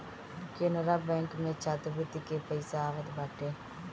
Canara Bank में छात्रवृत्ति के पईसा आवत बाटे